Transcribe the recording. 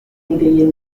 ideien